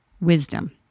wisdom